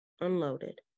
unloaded